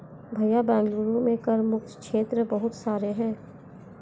भैया बेंगलुरु में कर मुक्त क्षेत्र बहुत सारे हैं